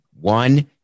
One